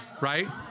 right